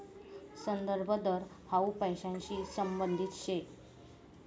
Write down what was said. संदर्भ दर हाउ पैसांशी संबंधित शे